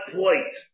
point